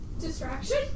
Distraction